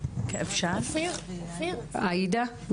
עאידה,